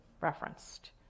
referenced